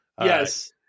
Yes